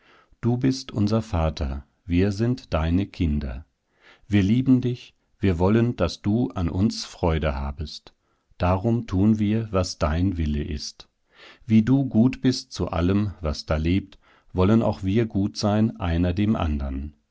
du bist unser vater wir sind deine kinder wir lieben dich wir wollen daß du an uns freude habest darum tun wir was dein wille ist wie du gut bist zu allem was da lebt wollen auch wir gut sein einer dem andern